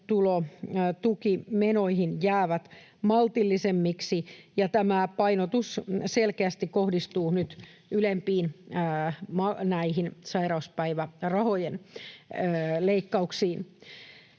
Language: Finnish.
toimeentulotukimenoihin jäävät maltillisemmiksi, ja tämä painotus selkeästi kohdistuu nyt näiden ylempien sairauspäivärahojen leikkauksiin.